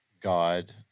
God